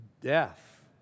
death